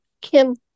Kim